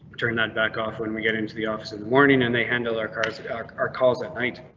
turn that back off when we get into the office in the morning and they handle. our cars are calls at night.